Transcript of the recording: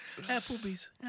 Applebee's